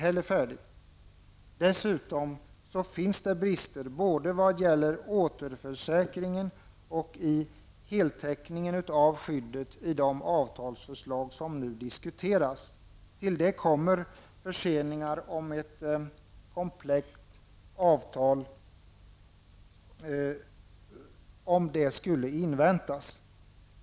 Dessutom finns i de avtalsförslag som nu diskuteras brister både vad gäller återförsäkringen och i heltäckningen av skyddet. Till det kommer de förseningar sm blir följden om ett komplett avtal skall inväntas.